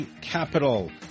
Capital